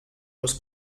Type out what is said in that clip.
los